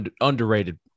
underrated